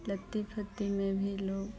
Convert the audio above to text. लत्ती फत्ती में भी लोग